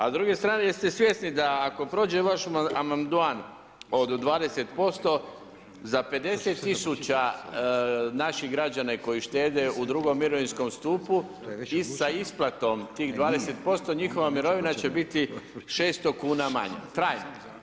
A s druge strane jeste li svjesni da ako prođe vaš amandman od 20% za 50 tisuća naših građana i koji štete u drugom mirovinskom stupu i sa isplatom tih 20% njihova mirovina će biti 600 kuna manja trajno.